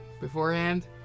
beforehand